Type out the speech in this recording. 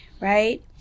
right